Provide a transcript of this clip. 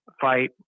fight